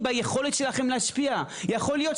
אתם מאמינים במיעוט קטן --- אל תגיד לי במה אני מאמינה,